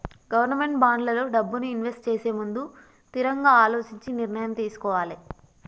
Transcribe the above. government బాండ్లల్లో డబ్బుని invest చేసేముందు తిరంగా అలోచించి నిర్ణయం తీసుకోవాలే